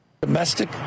domestic